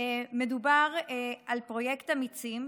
מדובר על פרויקט אמיצים,